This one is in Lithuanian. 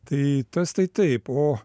tai tas tai taip o